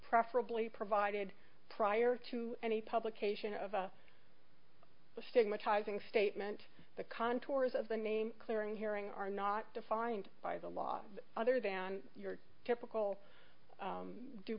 preferably provided prior to any publication of the stigmatizing statement the contours of the name clearing hearing are not defined by the law other than your typical